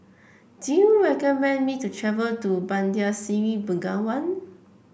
do you recommend me to travel to Bandar Seri Begawan